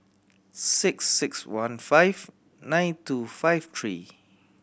six six one five nine two five three